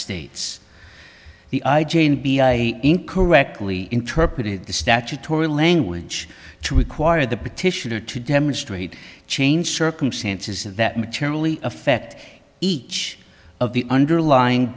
states the i jane b i incorrectly interpreted the statutory language to require the petitioner to demonstrate change circumstances of that materially affect each of the underlying